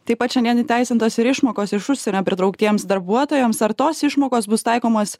taip pat šiandien įteisintos ir išmokos iš užsienio pritrauktiems darbuotojams ar tos išmokos bus taikomos